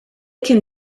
can